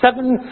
Seven